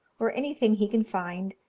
or anything he can find,